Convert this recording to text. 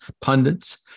pundits